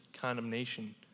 condemnation